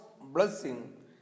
blessing